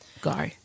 Go